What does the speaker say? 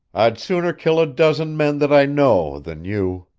i'd sooner kill a dozen men that i know than you!